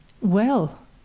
Well